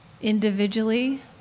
Individually